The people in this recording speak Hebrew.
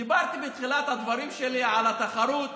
דיברתי בתחילת הדברים שלי על התחרות